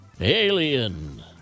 alien